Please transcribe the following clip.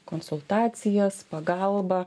konsultacijas pagalbą